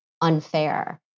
unfair